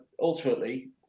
ultimately